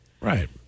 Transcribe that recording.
Right